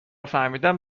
فهمیدم